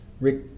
Rick